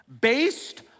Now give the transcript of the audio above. Based